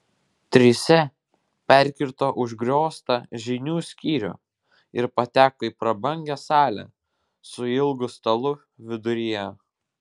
trise perkirto užgrioztą žinių skyrių ir pateko į prabangią salę su ilgu stalu viduryje